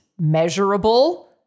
measurable